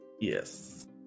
Yes